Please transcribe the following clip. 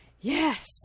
yes